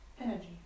Energy